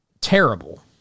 terrible